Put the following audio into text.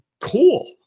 cool